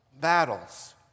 battles